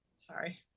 Sorry